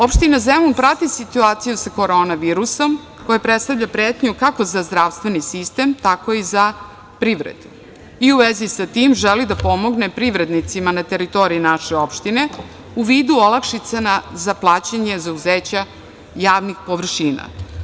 Opština Zemun prati situaciju sa koronavirusom koja predstavlja pretnju kako za zdravstveni sistem, tako i za privredu i u vezi sa tim želi da pomogne privrednicima na teritoriji naše opštine u vidu olakšica za plaćanje zauzeća javnih površina.